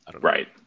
Right